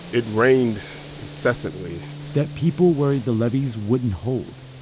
it rained incessantly. that people worried the levees wouldn't hold.